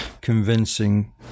convincing